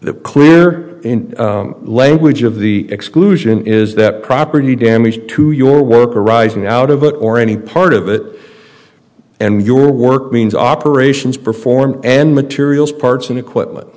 that clear in language of the exclusion is that property damage to your work arising out of it or any part of it and your work means operations performed and materials parts and equipment